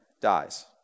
dies